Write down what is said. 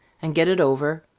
and get it over.